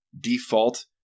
default